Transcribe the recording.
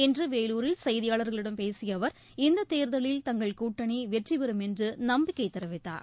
இன்று வேலூரில் செய்தியாளர்களிடம் பேசிய அவர் இந்த தேர்தலில் தங்கள் கூட்டணி வெற்றி பெறும் என்று நம்பிக்கை தெரிவித்தார்